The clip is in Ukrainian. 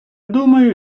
думаю